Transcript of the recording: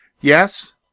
Yes